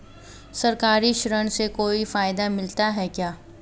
सरकारी ऋण से कोई फायदा मिलता है क्या?